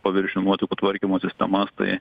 paviršinių nuotekų tvarkymo sistemas tai